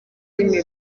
indimi